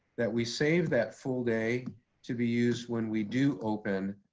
that we save that full day to be used when we do open,